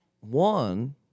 One